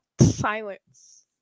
silence